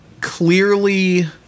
clearly